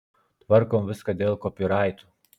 tvarkom viską dėl kopiraitų